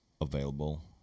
available